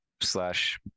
slash